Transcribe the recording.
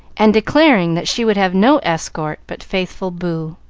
and declaring that she would have no escort but faithful boo.